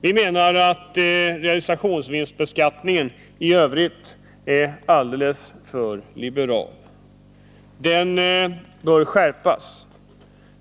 Vi menar att reavinstbeskattningen i övrigt är alldeles för liberal. Den bör skärpas.